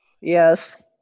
Yes